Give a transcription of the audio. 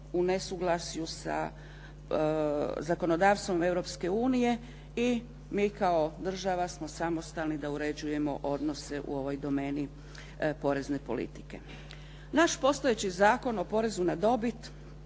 u nesuglasju sa zakonodavstvom Europske unije i mi kao država smo samostalni da uređujemo odnose u ovoj domeni porezne politike. Naš postojeći Zakon o porezu na dobit